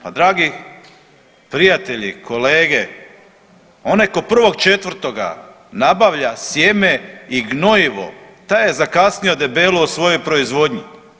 Pa dragi prijatelji, kolege onaj tko 1.4. nabavlja sjeme i gnojivo taj je zakasnio debelo u svojoj proizvodnji.